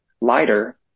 lighter